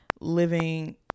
living